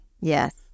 Yes